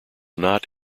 not